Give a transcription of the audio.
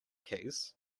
keys